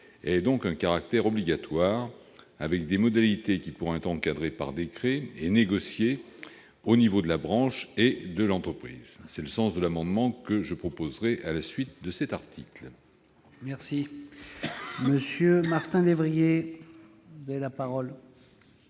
ait donc un caractère obligatoire, avec des modalités qui pourront être encadrées par décret et négociées au niveau de la branche et de l'entreprise. C'est le sens de l'amendement que je proposerai à la suite de cet article. La parole est à M. Martin Lévrier, sur l'article.